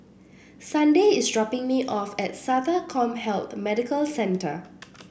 Sunday is dropping me off at SATA CommHealth Medical Centre